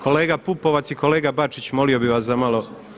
Kolega Pupovac i kolega Bačić molio bih vas za malo.